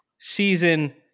Season